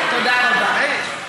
תודה רבה.